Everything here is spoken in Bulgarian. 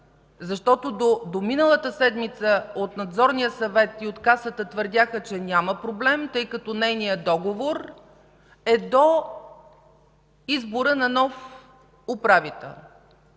защото до миналата седмица от Надзорния съвет и от Касата твърдяха, че няма проблем, тъй като нейният договор е до избора на нов управител.